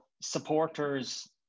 supporters